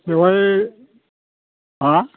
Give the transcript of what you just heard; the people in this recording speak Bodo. बेवहाय हा